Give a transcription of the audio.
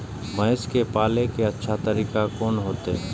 भैंस के पाले के अच्छा तरीका कोन होते?